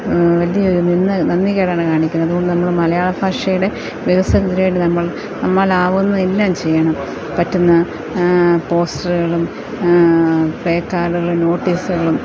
വലിയൊരു നന്ദികേടാണ് കാണിക്കുന്നത് അതുകൊണ്ട് നമ്മള് മലയാള ഭാഷയുടെ വികസനത്തിനുവേണ്ടി നമ്മൾ നമ്മാൽ ആവുന്നതെല്ലാം ചെയ്യണം പറ്റുന്ന പോസ്റ്ററുകളും പേ കാർഡുകളും നോട്ടീസുകളും